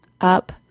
up